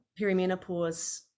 perimenopause